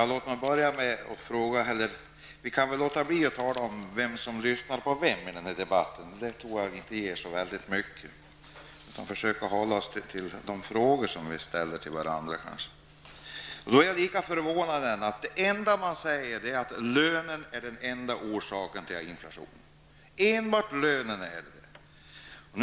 Herr talman! Kan vi inte låta bli att tala om vem som lyssnar på vem i den här debatten? Det tror jag inte ger så väldigt mycket. Vi kanske borde hålla oss till de frågor vi ställer till varandra. Jag är alltid lika förvånad över att man säger att lönerna är den enda orsaken till inflationen -- enbart lönerna.